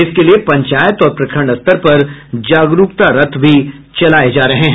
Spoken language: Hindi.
इसके लिए पंचायत और प्रखंड स्तर पर जागरूकता रथ चलाये गये हैं